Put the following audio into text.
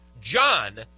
John